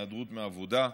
היעדרות מעבודה,